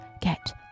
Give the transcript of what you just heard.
get